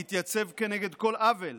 להתייצב כנגד כל עוול,